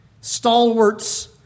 stalwarts